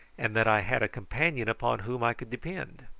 and that i had a companion upon whom i could depend.